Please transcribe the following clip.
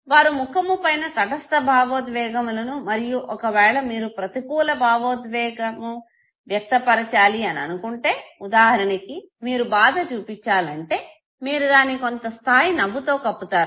వారు ముఖము పైన తటస్థ భావోద్వేగములను మరియు ఒక వేళ మీరు ప్రతికూల భావోద్వేగామువ్యక్తపరచాలి అనుకుంటే ఉదాహరణకి మీరు బాధ చూపించాలంటే మీరు దాని కొంత స్థాయి నవ్వుతో కప్పుతారు